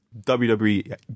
WWE